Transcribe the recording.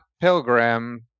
Pilgrim